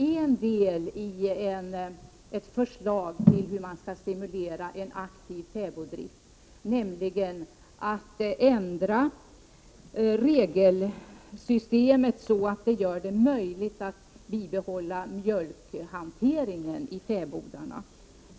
En del i ett förslag till hur man skall kunna stimulera en aktiv fäboddrift skulle kunna vara att ändra regelsystemet så, att det blir möjligt att bibehålla mjölkhanteringen i fäbodarna.